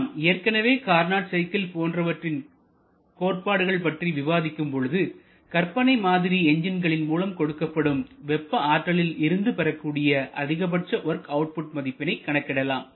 நாம் ஏற்கனவே Carnot cycle போன்றவற்றின் கோட்பாடு பற்றி விவாதிக்கும் போது கற்பனை மாதிரி என்ஜின்களின் மூலம் கொடுக்கப்படும்வெப்ப ஆற்றலில் இருந்து பெறக்கூடிய அதிகபட்ச வொர்க் அவுட்புட் மதிப்பினை கணக்கிடலாம்